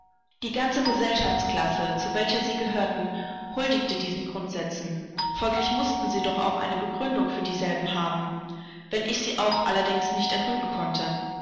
die ganze gesellschaftsklasse zu welcher sie gehörten huldigte diesen grundsätzen folglich mußten sie doch auch eine begründung für dieselben haben wenn ich sie auch allerdings nicht ergründen konnte